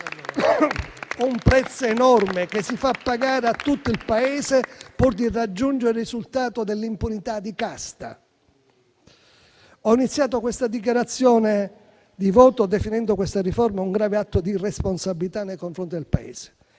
un prezzo enorme che si fa pagare a tutto il Paese pur di raggiungere il risultato dell'impunità di casta. Ho iniziato questa dichiarazione di voto definendo questa riforma un grave atto di irresponsabilità nei confronti del Paese,